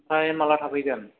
ओमफ्राय माला थाफैगोन